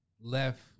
left